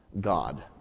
God